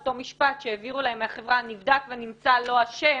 אותו משפט שהעבירו להם מהחברה נבדק ונמצא לא אשם